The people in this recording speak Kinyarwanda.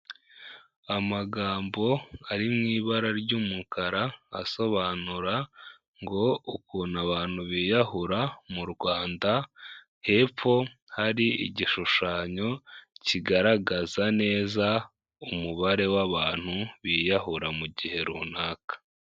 Amagambo ari mu ibara ry'umukara asobanura ngo ukuntu abantu biyahura mu Rwanda, hepfo hari igishushanyo kigaragaza neza umubare w'abantu biyahura mu gihe runaka.